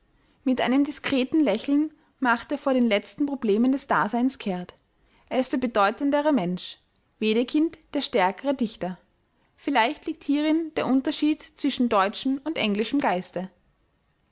mit einem diskreten lächeln macht er vor den letzten problemen des daseins kehrt er ist der bedeutendere mensch wedekind der stärkere dichter vielleicht liegt hierin der unterschied zwischen deutschem und englischem geiste